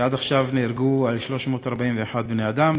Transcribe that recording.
שעד עכשיו נהרגו 341 בני-אדם,